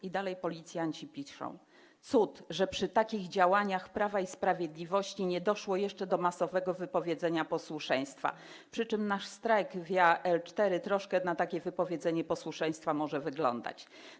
I dalej policjanci piszą: Cud, że przy takich działaniach Prawa i Sprawiedliwości nie doszło jeszcze do masowego wypowiedzenia posłuszeństwa, przy czym nasz strajk via L4 troszkę na takie wypowiedzenie posłuszeństwa może wyglądać.